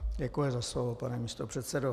Děkuji za slovo, pane místopředsedo.